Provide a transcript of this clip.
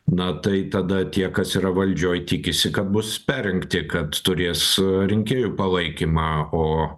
na tai tada tie kas yra valdžioj tikisi kad bus perrinkti kad turės rinkėjų palaikymą o